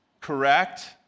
correct